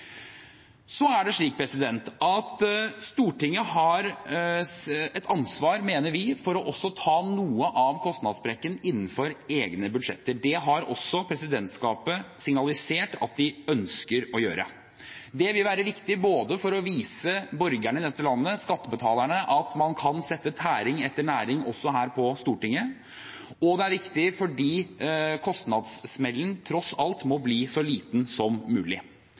Så er det slik at Stortinget har et ansvar, mener vi, for også å ta noe av kostnadssprekken innenfor egne budsjetter. Det har også presidentskapet signalisert at de ønsker å gjøre. Det vil være viktig både for å vise borgerne i dette landet, skattebetalerne, at man kan sette tæring etter næring også her på Stortinget, og fordi kostnadssmellen tross alt må bli så liten som mulig.